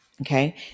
Okay